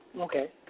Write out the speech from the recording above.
okay